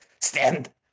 Stand